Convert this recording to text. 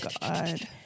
God